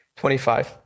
25